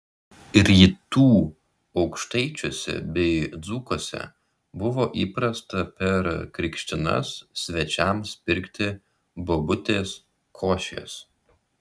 rytų aukštaičiuose bei dzūkuose buvo įprasta per krikštynas svečiams pirkti bobutės košės